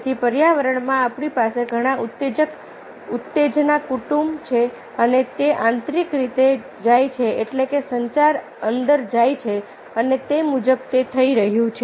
તેથી પર્યાવરણમાં આપણી પાસે ઘણાં ઉત્તેજક ઉત્તેજના કુટુંબ છે અને તે આંતરિક રીતે જાય છે એટલે કે સંચાર અંદર જાય છે અને તે મુજબ તે થઈ રહ્યું છે